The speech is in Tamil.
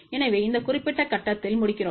எனவே இந்த குறிப்பிட்ட கட்டத்தில் முடிக்கிறோம்